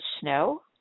Snow